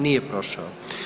Nije prošao.